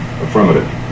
Affirmative